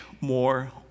more